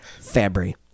Fabry